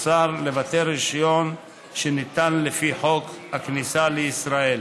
השר לבטל רישיון שניתן לפי חוק הכניסה לישראל.